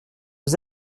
aux